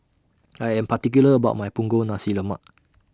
I Am particular about My Punggol Nasi Lemak